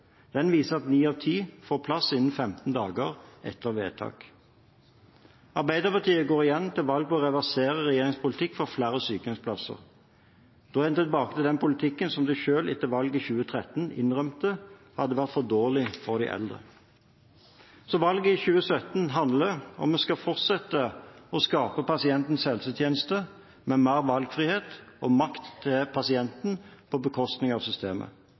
Den viser at ni av ti får plass innen 15 dager etter vedtak. Arbeiderpartiet går igjen til valg på å reversere regjeringens politikk for flere sykehjemsplasser. Da er en tilbake til den politikken som de selv etter valget i 2013 innrømmet at var for dårlig for de eldre. Så valget i 2017 handler om om vi skal fortsette å skape pasientens helsetjeneste med mer valgfrihet og makt til pasienten på bekostning av systemet,